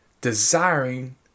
desiring